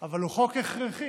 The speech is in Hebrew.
אבל הוא חוק הכרחי,